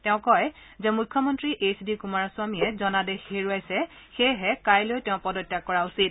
তেওঁ কয় যে মুখ্যমন্ত্ৰী এইছ ডি কুমাৰস্বামীয়ে জনাদেশ হেৰুৱাইছে সেয়েহে কাইলৈ তেওঁ পদত্যাগ কৰা উচিত